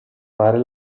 fare